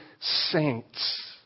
saints